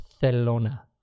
Barcelona